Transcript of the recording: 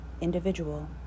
Individual